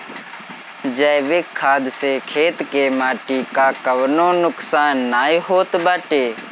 जैविक खाद से खेत के माटी कअ कवनो नुकसान नाइ होत बाटे